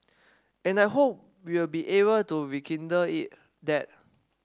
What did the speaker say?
and I hope we'll be able to rekindle it that